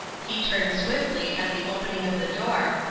he turned swiftly at the opening of the door,